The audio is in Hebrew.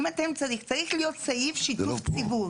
צריך להיות סעיף שיתוף ציבור.